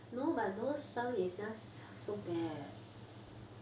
no but those some is just so bad